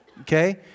Okay